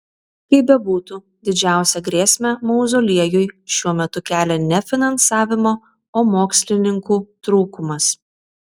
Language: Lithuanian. kaip bebūtų didžiausią grėsmę mauzoliejui šiuo metu kelia ne finansavimo o mokslininkų trūkumas